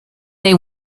they